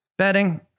Betting